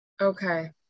Okay